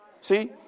See